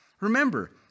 Remember